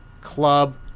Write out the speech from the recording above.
club